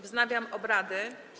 Wznawiam obrady.